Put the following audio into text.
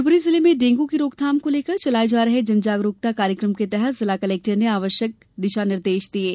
शिवपुरी जिले में डेंगू की रोथथाम को लेकर चलाये जा रहे जन जागरूकता कार्यक्रम के तहत जिला कलेक्टर ने आवश्यक निर्देश दिये हैं